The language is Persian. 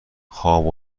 خواب